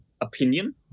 opinion